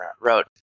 road